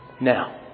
Now